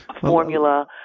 Formula